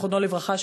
זיכרונו לברכה,